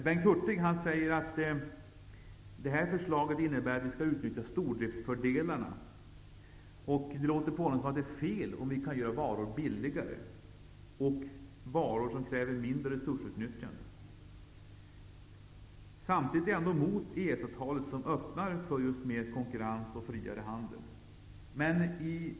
Bengt Hurtig säger att förslaget innebär att vi skall utnyttja stordriftsfördelarna. Det låter på honom som om det är fel om vi kan få billigare varor som kräver mindre resursutnyttjande. Samtidigt är Bengt Hurtig emot EES-avtalet, som öppnar för mer konkurens och friare handel.